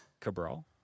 Cabral